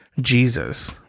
Jesus